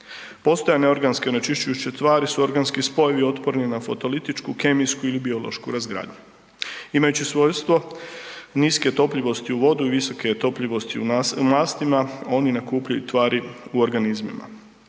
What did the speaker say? Postojanje organske onečišćujuće tvari su organski spojevi otporni na fotolitičku, kemijsku ili biološku razgradnju. Imajući svojstvo niske topljivosti i u vodi i visoke topljivosti u mastima, oni nakupljaju tvari u organizmima.